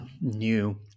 new